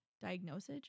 diagnosis